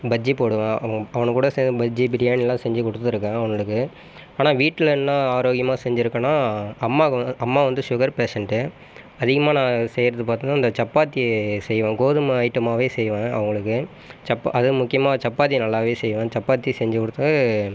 பஜ்ஜி போடுவேன் அவனுங் அவனுககூட பஜ்ஜி பிரியாணியெலாம் செஞ்சு கொடுத்துருக்கேன் அவனுங்களுக்கு ஆனால் வீட்டில் என்ன ஆரோக்கியமாக செஞ்சுருக்கேன்னா அம்மாவுக்கு வந்து அம்மா வந்து சுகர் பேஷண்ட் அதிகமாக நான் செய்வது பார்த்தீங்கனா இந்த சப்பாத்தி செய்வேன் கோதுமை ஐட்டமாகவே செய்வேன் அவங்களுக்கு சப்பாத் அது முக்கியமாக சப்பாத்தி நல்லாவே செய்வேன் சப்பாத்தி செஞ்சு கொடுத்து